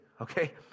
Okay